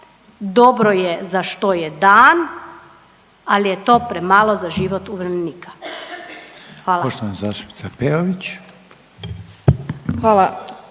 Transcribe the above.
dobro je za što je dan, ali je to premalo za život umirovljenika. Hvala.